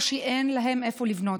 או שאין להם איפה לבנות.